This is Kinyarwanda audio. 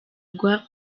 agwa